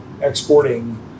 exporting